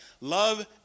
Love